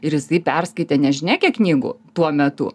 ir jisai perskaitė nežinia kiek knygų tuo metu